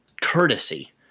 courtesy